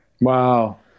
wow